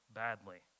badly